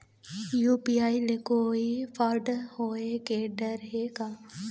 UPI ले कोई fraud होए के डर हे का?